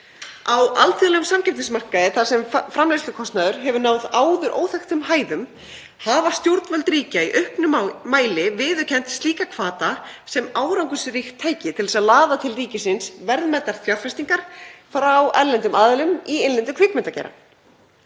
Á alþjóðlegum samkeppnismarkaði, þar sem framleiðslukostnaður hefur náð áður óþekktum hæðum, hafa stjórnvöld ríkja í auknum mæli viðurkennt slíka hvata sem árangursríkt tæki til þess að laða til ríkisins verðmætar fjárfestingar frá erlendum aðilum í innlendum kvikmyndageira,